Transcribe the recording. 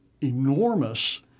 enormous